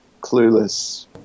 clueless